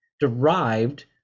derived